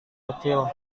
kecil